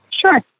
Sure